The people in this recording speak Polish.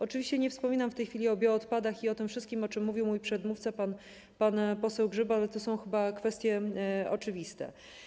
Oczywiście nie wspominam w tej chwili o bioodpadach i o tym wszystkim, o czym mówił mój przedmówca pan poseł Grzyb, ale to są chyba kwestie oczywiste.